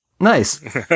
Nice